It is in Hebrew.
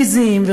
פיזיים,